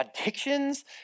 addictions